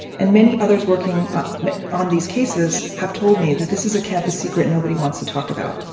and many others working on on these cases have told me that this is a campus secret nobody wants to talk about.